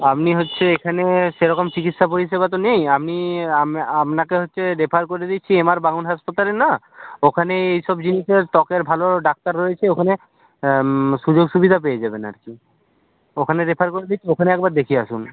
আপনি হচ্ছে এখানে সেরকম চিকিৎসা পরিষেবা তো নেই আপনি আপনাকে হচ্ছে রেফার করে দিচ্ছি এম আর বাঙ্গুর হাসপাতালে না ওখানে এই সব জিনিসের ত্বকের ভালো ডাক্তার রয়েছে ওখানে সুযোগ সুবিধা পেয়ে যাবেন আর কি ওখানে রেফার করে দিচ্ছি ওখানে একবার দেখিয়ে আসুন